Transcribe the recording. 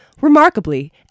Remarkably